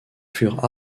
furent